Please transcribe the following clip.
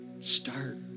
start